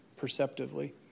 perceptively